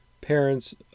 parents